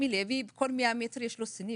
לרמי לוי יש כל מאה מטר יש לו סניף,